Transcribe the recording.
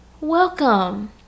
Welcome